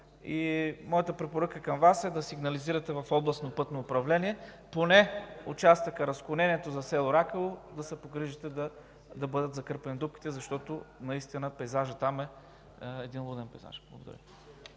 Моята препоръка към Вас е да сигнализирате в Областно пътно управление – поне в участъка, разклонението за село Ракево, да се погрижите да бъдат закърпени дупките, защото наистина пейзажът там е един лунен пейзаж. Благодаря